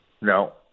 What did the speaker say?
No